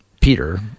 peter